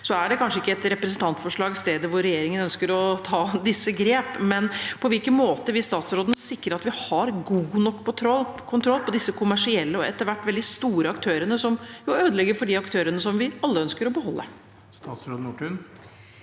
Så er kanskje ikke et representantforslag stedet hvor regjeringen ønsker å ta disse grepene, men på hvilken måte vil statsråden sikre at vi har god nok kontroll på disse kommersielle og etter hvert veldig store aktørene, som jo ødelegger for de aktørene som vi alle ønsker å beholde? Statsråd Kari